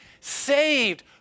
saved